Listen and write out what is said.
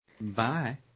Bye